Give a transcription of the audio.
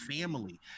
family